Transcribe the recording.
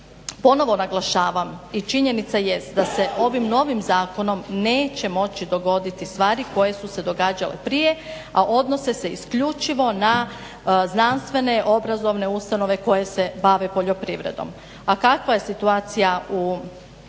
ponovo naglašavam i činjenica jest da se ovim novim zakonom neće moći dogoditi stvari koje su se događale prije, a odnose se isključivo na znanstvene, obrazovne ustanove koje se bave poljoprivredom. A kakva je financijska